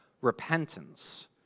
repentance